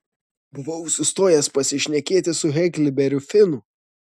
buvau sustojęs pasišnekėti su heklberiu finu